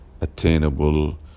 attainable